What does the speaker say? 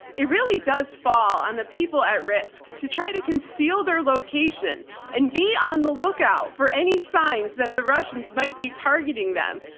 it really does fall on the people at risk to try to conceal their location and be on the lookout for any signs that the russians might be targeting them.